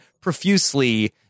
profusely